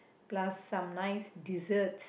plus some nice dessert